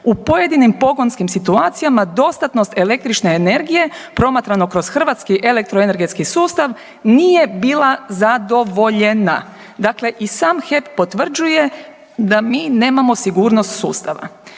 U pojedinim pogonskim situacijama dostatnost električne energije promatrano kroz hrvatski elektroenergetski sustav nije bila zadovoljena. Dakle, i sam HEP potvrđuje da mi nemamo sigurnost sustava.